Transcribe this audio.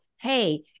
hey